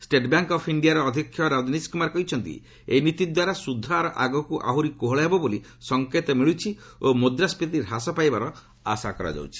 state bank of ଇଣ୍ଡିଆର ଅଧ୍ୟକ୍ଷ ରଜନୀଶ କୁମାର କହିଛନ୍ତି ଏହି ନୀତି ଦ୍ୱାରା ସୁଧହାର ଆଗକୁ ଆହୁରି କୋହଳ ହେବ ବୋଲି ସଂକେତ ମିଳୁଛି ଓ ମୁଦ୍ରାସ୍କିତି ହ୍ରାସ ପାଇବାର ଆଶା କରାଯାଉଛି